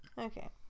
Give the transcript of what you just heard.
Okay